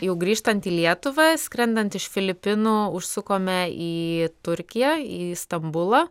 jau grįžtant į lietuvą skrendant iš filipinų užsukome į turkiją į stambulą